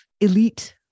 elite